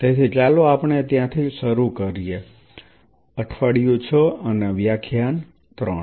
તેથી ચાલો આપણે ત્યાંથી શરુ કરીએ અઠવાડિયું 6 અને વ્યાખ્યાન 3